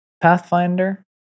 Pathfinder